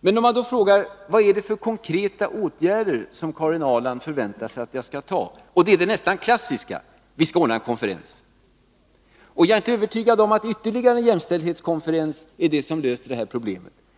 Men om man frågar vilka konkreta åtgärder Karin Ahrland väntar sig att vi skall vidta, blir svaret det nästan klassiska: Vi skall ordna en konferens. Jag är inte övertygad om att ytterligare jämställdhetskonferenser löser problemet.